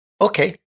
Okay